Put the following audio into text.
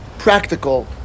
Practical